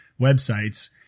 websites